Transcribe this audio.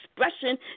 expression